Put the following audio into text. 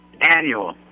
annual